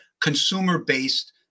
consumer-based